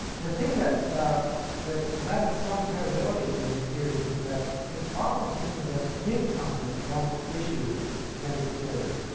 the thing that that lent some credibility to these theories is that it often seems that big companies don't issue many shares